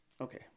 Okay